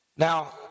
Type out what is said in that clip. now